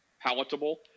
palatable